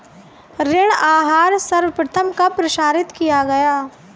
ऋण आहार सर्वप्रथम कब प्रसारित किया गया?